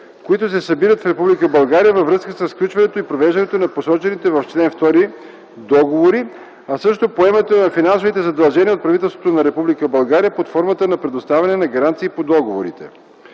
които се събират в Република България във връзка със сключването и провеждането на посочените в чл. 2 договори, а също поемането на финансовите задължения от правителството на Република България под формата на предоставяне на гаранции по договорите.